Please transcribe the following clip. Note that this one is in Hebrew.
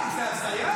די, זה הזיה.